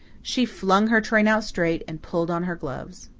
she flung her train out straight and pulled on her gloves.